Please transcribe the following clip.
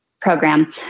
program